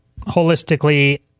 holistically